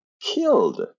killed